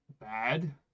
bad